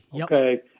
Okay